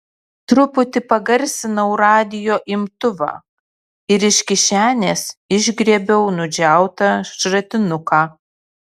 truputį pagarsinau radijo imtuvą ir iš kišenės išgriebiau nudžiautą šratinuką